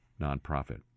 nonprofit